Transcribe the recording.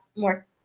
more